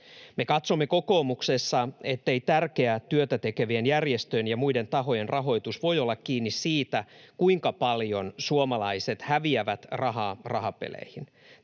Me katsomme kokoomuksessa, ettei tärkeää työtä tekevien järjestöjen ja muiden tahojen rahoitus voi olla kiinni siitä, kuinka paljon suomalaiset häviävät rahaa rahapeleihin.